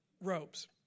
robes